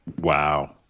Wow